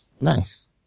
nice